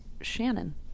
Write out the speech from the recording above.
Shannon